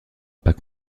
pas